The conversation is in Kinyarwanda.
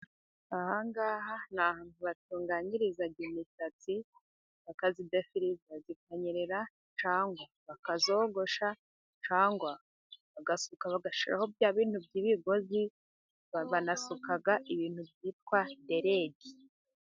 Aha ngaha ni ahantu batunganyiriza imitatsi，bakayidefiriza ikanyerera， cyangwa bakayogosha， cyangwa bagasuka bagashyiraho bya bintu by'ibigozi，bakanasuka ibintu byitwa derede.